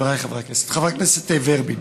חבריי חברי הכנסת, חברת הכנסת ורבין,